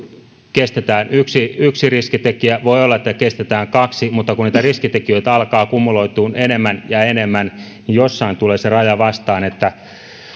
kestetään yksi yksi riskitekijä voi olla että kestetään kaksi mutta kun niitä riskitekijöitä alkaa kumuloitumaan enemmän ja enemmän niin jossain tulee se raja vastaan että